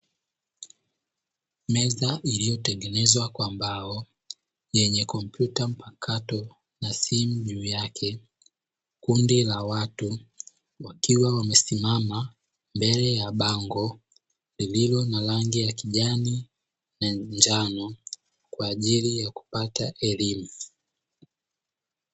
Meza iliyotengenezwa kwa mbao yenye kompyuta mpakato na simu juu yake, kundi la watu wakiwa wamesimama mbele ya bango lililo na rangi ya kijani na njano kwa ajili ya kupata elimu.